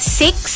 six